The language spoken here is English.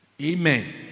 amen